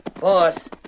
Boss